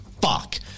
fuck